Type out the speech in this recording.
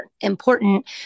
important